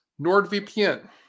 nordvpn